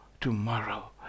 tomorrow